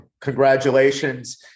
Congratulations